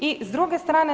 I s druge strane